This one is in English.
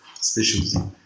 specialty